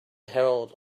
herald